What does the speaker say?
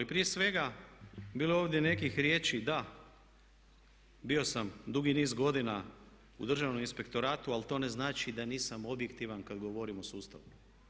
Ali prije svega bilo je ovdje nekih riječi da, bio sam dugi niz godina u Državnom inspektoratu ali to ne znači da nisam objektivan kad govorim o sustavu.